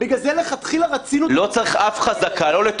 בנוסף לזה רצינו להציע את התוספת בה